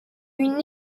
une